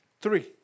Three